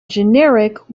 generic